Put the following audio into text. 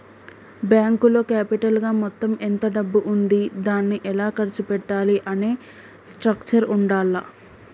బ్యేంకులో క్యాపిటల్ గా మొత్తం ఎంత డబ్బు ఉంది దాన్ని ఎలా ఖర్చు పెట్టాలి అనే స్ట్రక్చర్ ఉండాల్ల